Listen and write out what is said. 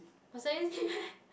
got say anything meh